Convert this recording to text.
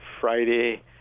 Friday